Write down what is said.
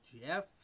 Jeff